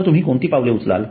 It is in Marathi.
तर तुम्ही कोणती पावले उचलाल